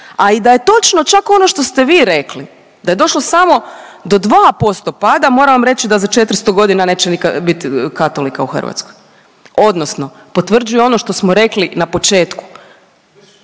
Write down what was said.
A i da je točno čak ono što ste vi rekli, da je došlo samo do 2% pada moram vam reći da za 400 godina neće bit katolika u Hrvatskoj, odnosno potvrđuje ono što smo rekli na početku.